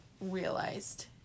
realized